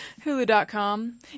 Hulu.com